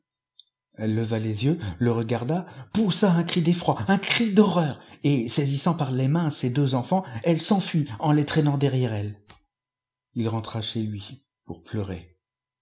elle leva les yeux le regarda poussa un cri d'effroi un cri d'horreur et saisissant par les mains ses deux enfants elle s'enfuit en les traînant derrière elle il rentra chez lui pour pleurer